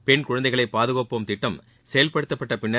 பெண் குழந்தைகளை பாதுகாப்போம் திட்டம் செயல்படுத்தப்பட்ட பின்னர்